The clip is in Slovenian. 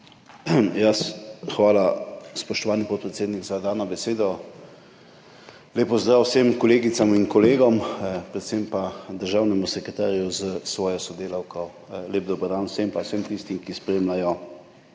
Hvala, spoštovani podpredsednik, za dano besedo. Lep pozdrav vsem kolegicam in kolegom, predvsem pa državnemu sekretarju s svojo sodelavko! Lep dober dan tudi vsem tistim, ki spremljajo